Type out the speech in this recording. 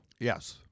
Yes